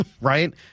right